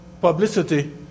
publicity